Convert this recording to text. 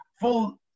full